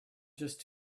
just